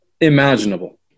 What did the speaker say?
Imaginable